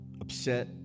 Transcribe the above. upset